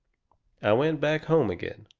i went back home again.